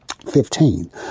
Fifteen